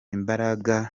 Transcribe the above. imbaraga